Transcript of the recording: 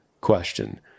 question